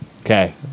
okay